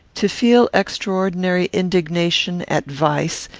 to feel extraordinary indignation at vice,